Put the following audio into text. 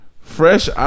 Fresh